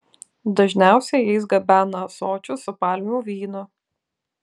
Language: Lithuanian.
dažniausiai jais gabena ąsočius su palmių vynu